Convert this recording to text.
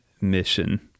mission